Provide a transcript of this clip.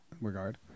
regard